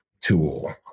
tool